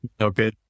Okay